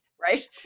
right